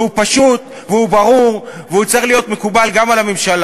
והוא פשוט והוא ברור והוא צריך להיות מקובל גם על הממשלה: